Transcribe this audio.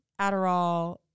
Adderall